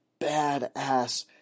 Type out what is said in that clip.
badass